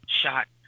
shot